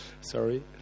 Sorry